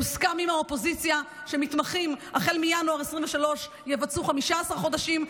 הוסכם עם האופוזיציה שמתמחים החל מינואר 2023 יבצעו 15חודשים,